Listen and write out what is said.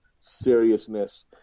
seriousness